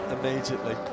immediately